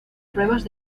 pruebas